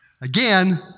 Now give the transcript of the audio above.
Again